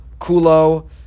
kulo